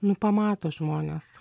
nu pamato žmonės